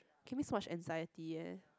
gives me so much anxiety eh